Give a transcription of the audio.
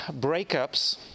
breakups